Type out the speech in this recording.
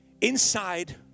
inside